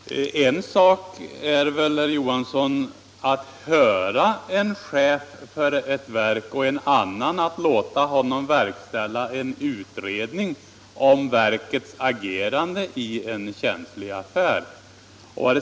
Herr talman! En sak är väl att höra en chef för ett 'verk, en annan att låta honom verkställa en utredning om verkets agerande i en känslig affär.